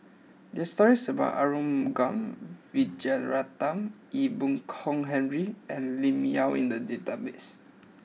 there are stories about Arumugam Vijiaratnam Ee Boon Kong Henry and Lim Yau in the database